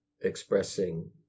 expressing